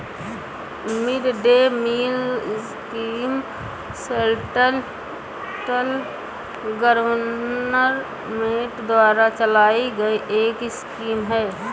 mid day meal scheme central government द्वारा चलाई गई एक स्कीम है